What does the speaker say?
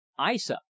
Isa